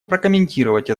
прокомментировать